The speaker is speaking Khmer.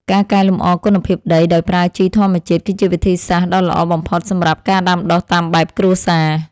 ការកែលម្អគុណភាពដីដោយប្រើជីធម្មជាតិគឺជាវិធីសាស្ត្រដ៏ល្អបំផុតសម្រាប់ការដាំដុះតាមបែបគ្រួសារ។